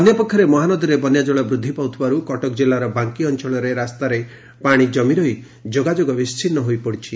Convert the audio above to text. ଅନ୍ୟପକ୍ଷରେ ମହାନଦୀରେ ବନ୍ୟାଜଳ ବୁଦ୍ଧି ପାଉଥିବାରୁ କଟକ ଜିଲ୍ଲାର ବାଙି ଅଅଳରେ ରାସ୍ତାରେ ପାଶି ଜମିରହି ଯୋଗାଯୋଗ ବିଛିନ୍ନ ହୋଇଛି